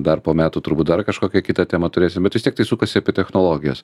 dar po metų turbūt dar kažkokią kitą temą turėsim jisbet vis tiek tai sukasi apie technologijas